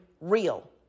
real